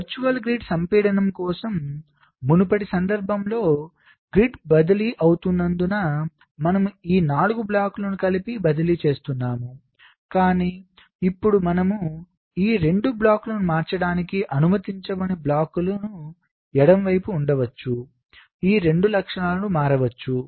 virtual grid సంపీడనం కోసం మునుపటి సందర్భంలో గ్రిడ్ బదిలీ అవుతున్నందున మనము ఈ 4 బ్లాక్లను కలిపి బదిలీ చేస్తున్నాము కాని ఇప్పుడు మనము ఈ 2 బ్లాక్లను మార్చడానికి అనుమతించని బ్లాక్ లు ఎడమవైపు ఉండవచ్చు ఈ 2 లక్షణాలను మారవచ్చు